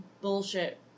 bullshit